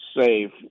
safe